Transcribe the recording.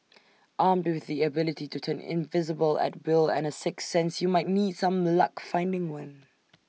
armed with the ability to turn invisible at will and A sixth sense you might need some luck finding one